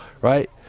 right